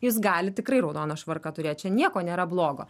jūs galit tikrai raudoną švarką turėt čia nieko nėra blogo